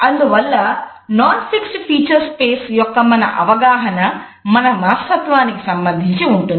అందువల్ల non fixed feature space యొక్క మన అవగాహన మన మనస్తత్వానికి సంబంధించి ఉంటుంది